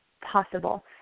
possible